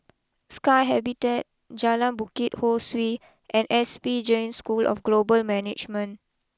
Sky Habitat Jalan Bukit Ho Swee and S P Jain School of Global Management